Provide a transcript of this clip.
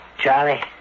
Charlie